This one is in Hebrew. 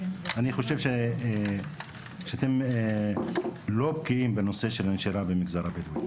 אני חושב שאתם לא בקיאים בנושא של נשירה במגזר הבדואי.